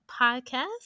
Podcast